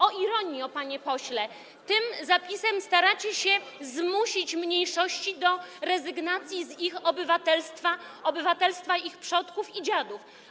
O ironio, panie pośle, tym zapisem staracie się zmusić mniejszości do rezygnacji z ich obywatelstwa, obywatelstwa ich przodków i dziadów.